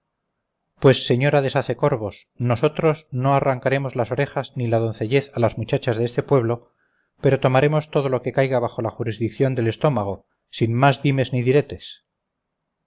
pues señora de sacecorbos nosotros no arrancaremos las orejas ni la doncellez a las muchachas de este pueblo pero tomaremos todo lo que caiga bajo la jurisdicción del estómago sin más dimes ni diretes